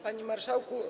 Panie Marszałku!